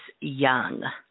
young